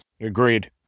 Agreed